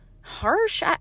harsh